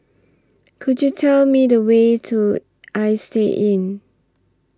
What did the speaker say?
Could YOU Tell Me The Way to Istay Inn